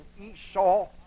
Esau